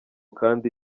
kandi